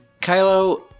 Kylo